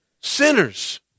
Sinners